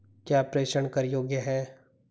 क्या प्रेषण कर योग्य हैं?